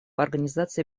организации